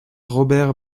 robert